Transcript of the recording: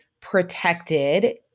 protected